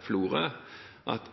Florø, minne om at